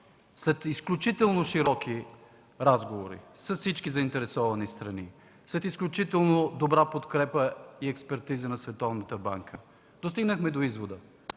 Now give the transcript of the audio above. След изключително широки разговори с всички заинтересовани страни, след изключително добра подкрепа и експертиза на Световната банка достигнахме до извода,